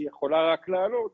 היא יכולה רק לעלות.